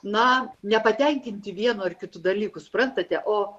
na nepatenkinti vienu ar kitu dalyku suprantate o